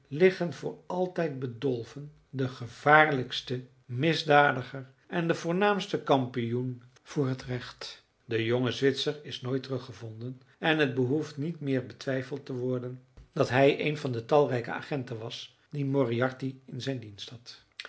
liggen voor altijd bedolven de gevaarlijkste misdadiger en de voornaamste kampioen voor het recht de jonge zwitser is nooit teruggevonden en het behoeft niet meer betwijfeld te worden dat hij een van de talrijke agenten was die moriarty in zijn dienst had